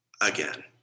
again